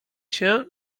się